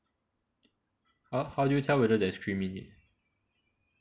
!huh! how you tell whether there's cream in it